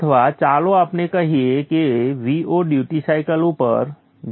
અથવા ચાલો આપણે કહીએ કે Vo ડ્યુટી સાયકલ ઉપર 0